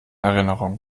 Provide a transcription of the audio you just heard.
erinnerungen